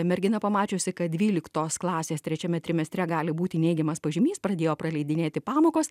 mergina pamačiusi kad dvyliktos klasės trečiame trimestre gali būti neigiamas pažymys pradėjo praleidinėti pamokas